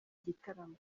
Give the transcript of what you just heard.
gitaramo